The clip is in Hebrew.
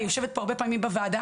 היא יושבת פה הרבה פעמים בוועדה.